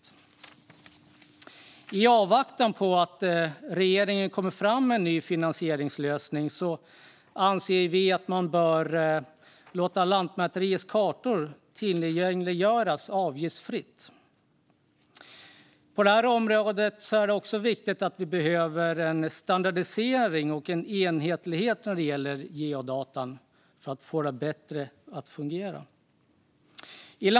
I avvaktan på att regeringen kommer med en ny finansieringslösning anser vi att man bör låta Lantmäteriets kartor tillgängliggöras avgiftsfritt. På detta område är det också viktigt att vi får en standardisering och en enhetlighet när det gäller geodata för att få det att fungera bättre.